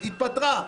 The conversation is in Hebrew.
התפטרה.